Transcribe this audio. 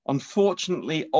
Unfortunately